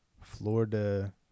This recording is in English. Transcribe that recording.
Florida